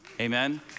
Amen